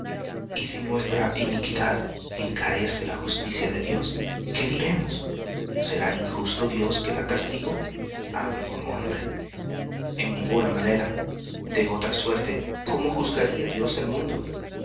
y si nuestra iniquidad encarece la justicia de dios qué diremos será injusto dios que da castigo en ninguna manera de otra suerte cómo juzgaría dios el mundo